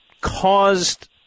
caused –